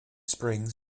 springs